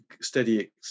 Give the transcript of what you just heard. steady